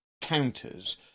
counters